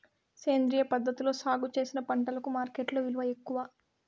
సేంద్రియ పద్ధతిలో సాగు చేసిన పంటలకు మార్కెట్టులో విలువ ఎక్కువ